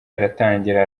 aratangira